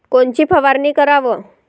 कोनची फवारणी कराव?